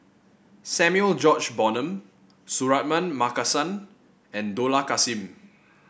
Samuel George Bonham Suratman Markasan and Dollah Kassim